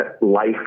life